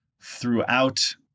throughout